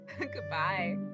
Goodbye